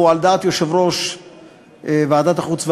והוא על דעת יושב-ראש ועדת החוץ והביטחון.